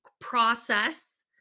process